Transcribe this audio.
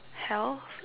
health